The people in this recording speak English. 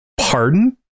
pardon